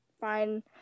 fine